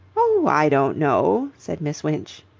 oh, i don't know, said miss winch.